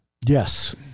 Yes